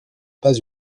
pas